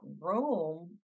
room